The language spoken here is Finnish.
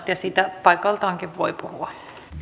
siitä paikaltaankin voi puhua